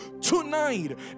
tonight